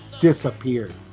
disappeared